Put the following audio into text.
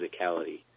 physicality